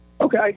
Okay